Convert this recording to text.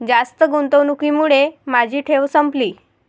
जास्त गुंतवणुकीमुळे माझी ठेव संपली